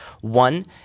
One